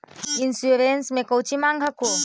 Insurance मे कौची माँग हको?